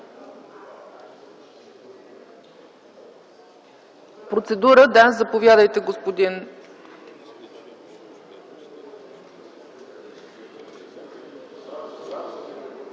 процедура – заповядайте, господин